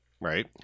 right